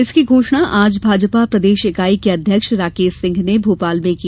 इसकी घोषणा आज भाजपा प्रदेश इकाई के अध्यक्ष राकेश सिंह ने भोपाल में की